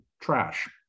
trash